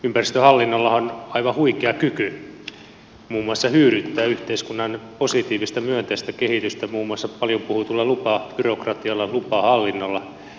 ympäristöhallinnollahan on aivan huikea kyky muun muassa hyydyttää yhteiskunnan positiivista myönteistä kehitystä muun muassa paljon puhutulla lupabyrokratialla lupahallinnolla